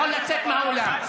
יכול לצאת מהאולם,